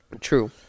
True